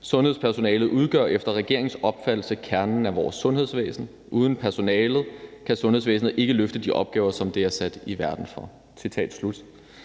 »sundhedspersonale udgør efter regeringens opfattelse kernen af vores sundhedsvæsen. Uden personalet kan sundhedsvæsenet ikke løfte de opgaver, som det er sat i verden for«.